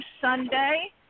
Sunday